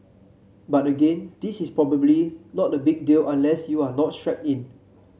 but again this is probably not a big deal unless you are not strapped in